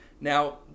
Now